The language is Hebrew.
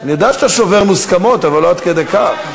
יודע שאתה שובר מוסכמות, אבל לא עד כדי כך.